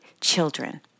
children